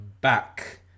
back